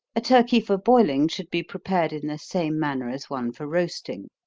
a turkey for boiling should be prepared in the same manner as one for roasting.